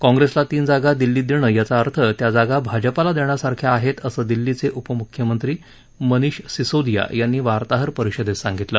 काँग्रेसला तीन जागा दिल्लीत देणं याचा अर्थ त्या जागा भाजपाला देण्यासारख्या आहेत असं दिल्लीचे उपमुख्यमंत्री मनिष सिसोदिया यांनी वार्ताहर परिषदेत सांगितलं